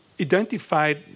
identified